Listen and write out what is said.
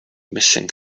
missing